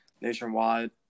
nationwide